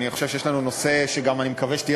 אני חושב שיש לנו נושא שאני מקווה שתהיה